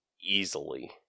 Easily